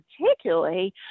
particularly